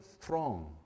throng